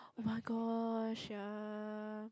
oh-my-gosh ya